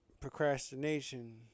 procrastination